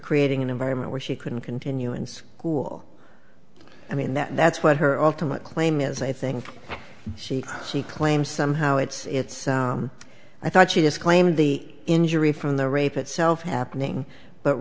creating an environment where she couldn't continue in school i mean that that's what her ultimate claim is i think she she claims somehow it's i thought she just claimed the injury from the rape itself happening but